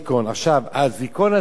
עכשיו, האזיקון הזה,